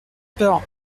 peur